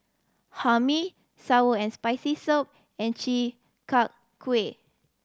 Hae Mee sour and Spicy Soup and Chi Kak Kuih